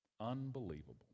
Unbelievable